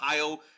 Ohio